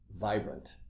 Vibrant